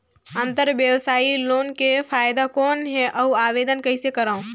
अंतरव्यवसायी लोन के फाइदा कौन हे? अउ आवेदन कइसे करव?